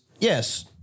yes